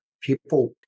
People